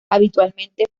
habitualmente